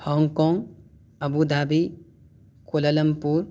Hong Kong Abu Dhabi Kuala Lumpur